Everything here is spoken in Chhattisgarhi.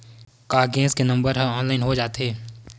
का गैस के नंबर ह ऑनलाइन हो जाथे?